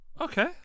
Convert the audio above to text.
Okay